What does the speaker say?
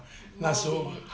small village